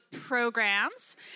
Programs